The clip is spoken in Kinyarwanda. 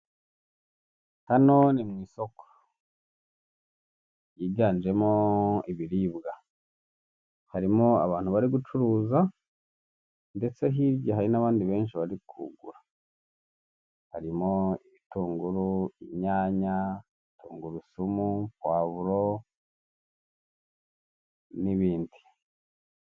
Hano ni mu isoko ryiganjemo ibiribwa, harimo abantu bari gucuruza ndetse hirya hari n'abandi benshi bari kugura, harimo ibitunguru, inyanya, tungurusumu, puwavuro n'ibindi.